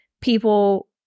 people